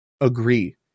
agree